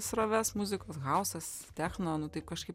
sroves muzikos hausas techno nu taip kažkaip